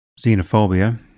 xenophobia